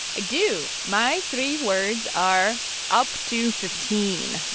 i do. my three words are up to fifteen.